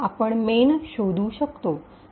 आपण मेन शोधू शकतो